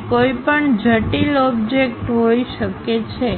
તે કોઈપણ જટિલ ઓબ્જેક્ટ હોઈ શકે છે